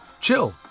chill